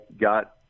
got